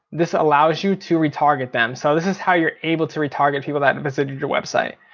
this allows you to retarget them. so this is how you're able to retarget people that visited your website.